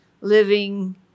living